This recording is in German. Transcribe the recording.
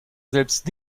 selbst